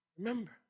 Remember